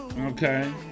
okay